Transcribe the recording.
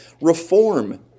reform